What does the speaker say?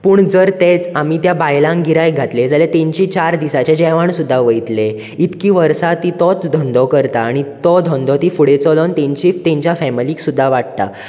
पूण जर तेंच आमी त्या बायलांक गिरायक घातलें जाल्यार तेंचें चार दिसांचे जेवण सुद्दां वयतलें इतकी वर्सां तीं तोच धंदो करतात आणी तो धंदो ती फुडें चलोन तेंचे तेंच्या फॅमिलीक सुद्दां वाडटात